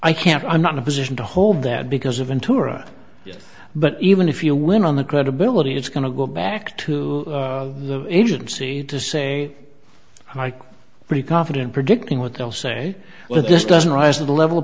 i can't i'm not a position to hold that because of in tora but even if you went on the credibility it's going to go back to the agency to say i can pretty confident predicting what they'll say well this doesn't rise to the level of